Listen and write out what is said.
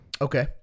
Okay